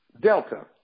Delta